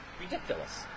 Ridiculous